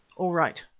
all right,